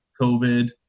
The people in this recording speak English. COVID